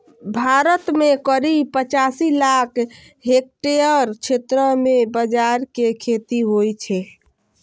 भारत मे करीब पचासी लाख हेक्टेयर क्षेत्र मे बाजरा के खेती होइ छै